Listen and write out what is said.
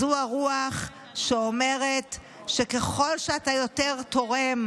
זו הרוח שאומרת שככל שאתה יותר תורם